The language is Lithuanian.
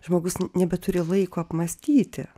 žmogus nebeturi laiko apmąstyti